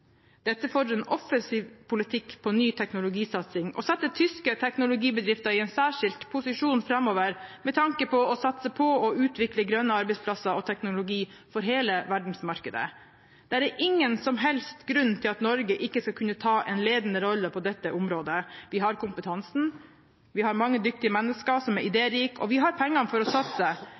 Dette fordrer en offensiv politikk på ny teknologisatsing og setter tyske teknologibedrifter i en særskilt posisjon framover med tanke på å satse på og utvikle grønne arbeidsplasser og teknologi for hele verdensmarkedet. Det er ingen som helst grunn til at Norge ikke skal kunne ta en ledende rolle på dette området. Vi har kompetansen, vi har mange dyktige mennesker som er idérike, og vi har pengene for å satse.